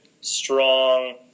strong